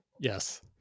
yes